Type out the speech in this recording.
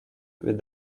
with